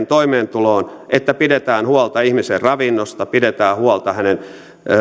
toimeentuloon että pidetään huolta ihmisen ravinnosta pidetään huolta